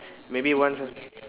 maybe once ah